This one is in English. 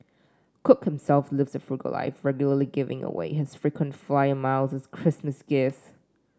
cook himself lives a frugal life regularly giving away his frequent flyer miles as Christmas gifts